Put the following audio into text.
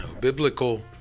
biblical